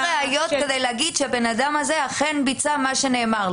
ראיות כדי לומר שהבן אדם הזה אכן ביצע מה שנאמר.